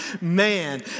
man